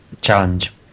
challenge